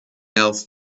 else